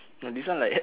no this one like